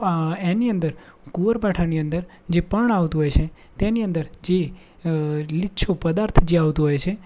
અ એની અંદર કુંવારપાઠાની અંદર જે પર્ણ આવતું હોય છે તેની અંદર જે લીસો પદાર્થ જે આવતું હોય છે